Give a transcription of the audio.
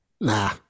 Nah